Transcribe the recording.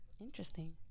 Interesting